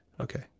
Okay